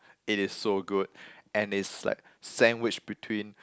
it is so good and it's like sandwich between